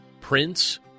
Prince